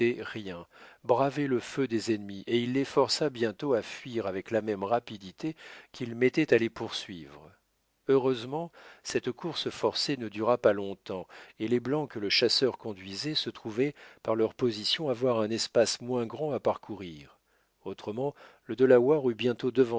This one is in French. rien bravait le feu des ennemis et il les força bientôt à fuir avec la même rapidité qu'il mettait à les poursuivre heureusement cette course forcée ne dura pas longtemps et les blancs que le chasseur conduisait se trouvaient par leur position avoir un espace moins grand à parcourir autrement le delaware eût bientôt